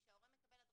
כאשר הורה מקבל הדרכה,